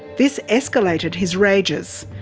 this escalated his rages.